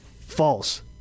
False